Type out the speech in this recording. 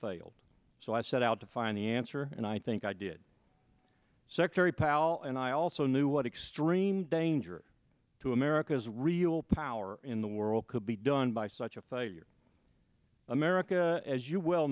failed so i set out to find the answer and i think i did secretary powell and i also knew what extreme danger to america's real power in the world could be done by such a failure america as you well